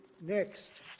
next